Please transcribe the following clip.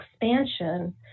expansion